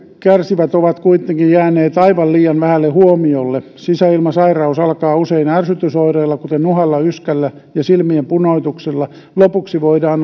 kärsivät ovat kuitenkin jääneet aivan liian vähälle huomiolle sisäilmasairaus alkaa usein ärsytysoireilla kuten nuhalla yskällä ja silmien punoituksella lopuksi voidaan